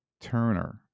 Turner